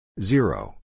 Zero